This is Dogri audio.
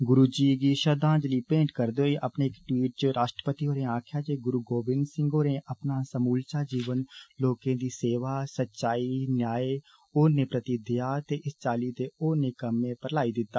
गुरु जी गी श्रद्वांजलि भेट करदे होई अपने इक टवीट च राश्ट्रपति होरें आक्खेआ जे गुरु गोविन्द सिंह होरे अपना समूलचा जीवन लोके दी सेवा सच्चाई न्याय होरने प्रति दया ते इस चाल्ली दे होरने कम्में पर लाई दिता